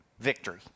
Victory